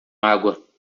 água